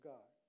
God